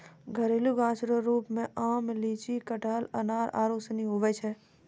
घरेलू गाछ रो रुप मे आम, लीची, कटहल, अनार आरू सनी हुवै छै